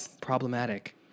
problematic